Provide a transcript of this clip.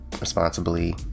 responsibly